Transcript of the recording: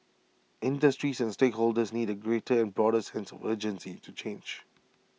industries and stakeholders need A greater and broader sense of urgency to change